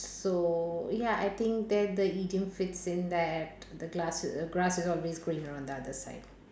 so ya I think that the idiom fits in there the grass is the grass is always greener on the other side